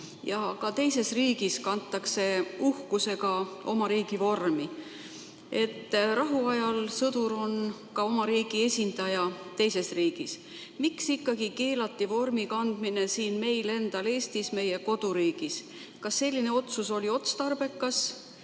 Ja ka teises riigis kantakse uhkusega oma riigi vormi. Rahuaja sõdur on ka oma riigi esindaja teises riigis. Miks ikkagi keelati vormi kandmine meie enda riigis, Eestis? Kas see otsus oli otstarbekas